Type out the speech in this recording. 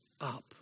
up